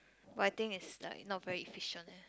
but I think it's like not very efficient eh